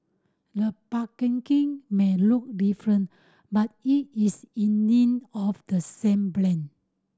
the packaging may look different but it is indeed of the same brand